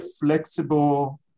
flexible